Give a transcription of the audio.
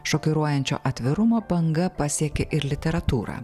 šokiruojančio atvirumo banga pasiekė ir literatūrą